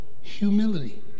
humility